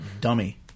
dummy